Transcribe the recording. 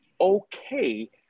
okay